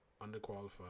underqualified